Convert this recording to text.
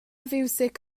fiwsig